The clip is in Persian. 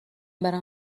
برم